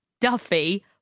Duffy